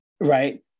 right